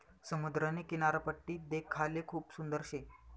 समुद्रनी किनारपट्टी देखाले खूप सुंदर शे